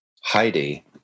Heidi